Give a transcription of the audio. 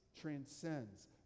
transcends